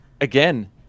again